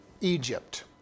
Egypt